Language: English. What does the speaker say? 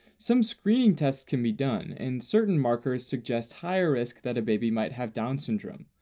some screening tests can be done, and certain markers suggest higher risk that a baby might have down syndrome.